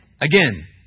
Again